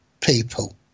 people